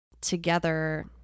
Together